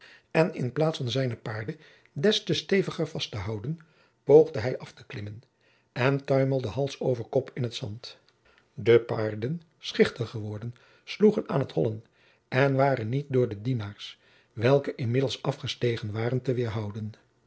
en in plaats van zijne paarden des te steviger vast te houden poogde hij af te klimmen en tuimelde hals over kop in t zand de paarden schichtig geworden sloegen aan t hollen en waren niet door de dienaars welke inmiddels afgestegen waren te